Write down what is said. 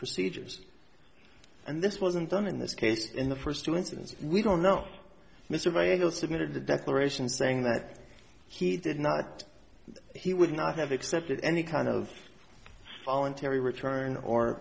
procedures and this wasn't done in this case in the first two incidents we don't know mr vaile submitted the declaration saying that he did not he would not have accepted any kind of voluntary return or